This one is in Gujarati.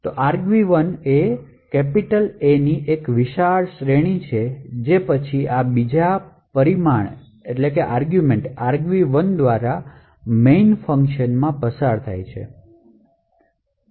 તો argv1 એ A ની શ્રેણી છે જે પછી આ બીજા પરિમાણ argv1 દ્વારા મેઇન ફંક્શનમાં પસાર થાય છે